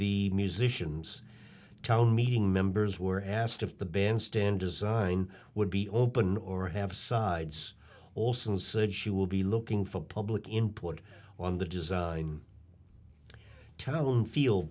the musicians town meeting members were asked if the bandstand design would be open or have sides also and said she will be looking for public input on the design town feel